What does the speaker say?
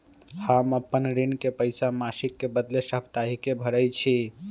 हम अपन ऋण के पइसा मासिक के बदले साप्ताहिके भरई छी